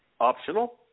optional